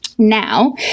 Now